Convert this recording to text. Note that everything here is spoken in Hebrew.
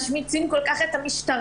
משמיצים כל כך את המשטרה,